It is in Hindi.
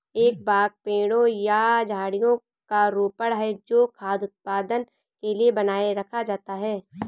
एक बाग पेड़ों या झाड़ियों का रोपण है जो खाद्य उत्पादन के लिए बनाए रखा जाता है